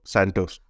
Santos